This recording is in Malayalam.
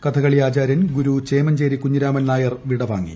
കഥകളി ആചാര്യൻ ഗുരു ചേമഞ്ചേരി കുഞ്ഞിരാമൻ നായർ വിടവാങ്ങി